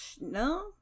no